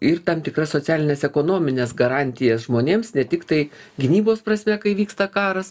ir tam tikras socialines ekonomines garantijas žmonėms ne tiktai gynybos prasme kai vyksta karas